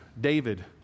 David